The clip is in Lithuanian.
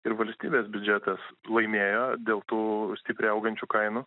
ir valstybės biudžetas laimėjo dėl tų stipriai augančių kainų